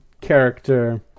character